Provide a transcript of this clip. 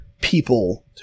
people